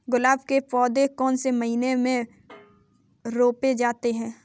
गुलाब के पौधे कौन से महीने में रोपे जाते हैं?